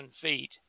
feet